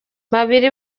babiri